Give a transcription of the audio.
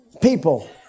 people